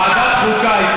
הציעו ועדת חוקה.